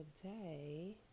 today